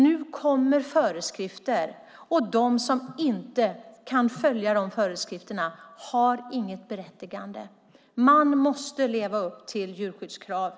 Nu kommer föreskrifter, och de som inte kan följa dessa har inget berättigande. Man måste leva upp till djurskyddskraven.